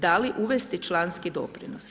Da li uvesti članski doprinos?